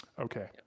Okay